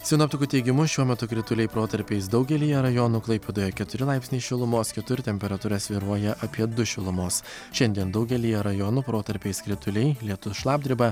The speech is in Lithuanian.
sinoptikų teigimu šiuo metu krituliai protarpiais daugelyje rajonų klaipėdoje keturi laipsniai šilumos kitur temperatūra svyruoja apie du šilumos šiandien daugelyje rajonų protarpiais krituliai lietus šlapdriba